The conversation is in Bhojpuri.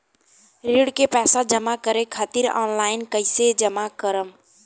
ऋण के पैसा जमा करें खातिर ऑनलाइन कइसे जमा करम?